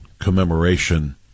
commemoration